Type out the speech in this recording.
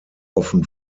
often